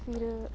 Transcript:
फिर